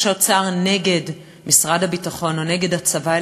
או שהאוצר נגד משרד הביטחון או נגד הצבא,